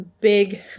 big